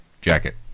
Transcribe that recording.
Jacket